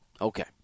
Okay